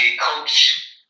coach